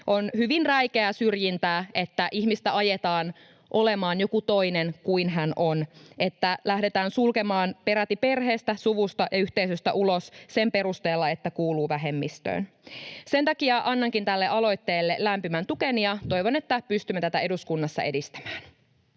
On hyvin räikeää syrjintää, että ihmistä ajetaan olemaan joku toinen kuin hän on, niin että lähdetään sulkemaan peräti perheestä, suvusta ja yhteisöstä ulos sen perusteella, että kuuluu vähemmistöön. Sen takia annankin tälle aloitteelle lämpimän tukeni ja toivon, että pystymme tätä eduskunnassa edistämään.